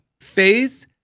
Faith